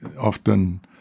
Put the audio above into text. often